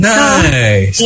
Nice